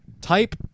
Type